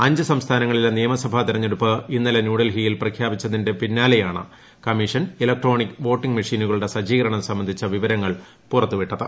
അഞ്ച് സംസ്ഥാനങ്ങളിലെ നിയമസഭാ തെരഞ്ഞെടുപ്പ് ഇന്നലെ ന്യൂഡൽഹിയിൽ പ്രഖ്യാപിച്ചതിന് പിന്നാലെയാണ് കമ്മീഷൻ ഇലക്ട്രോണിക് വോട്ടിംഗ് മെഷീനുകളുടെ സജ്ജീകരണം സംബന്ധിച്ച വിവരങ്ങൾ പുറത്തുവിട്ടത്